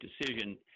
decision